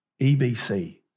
EBC